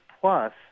plus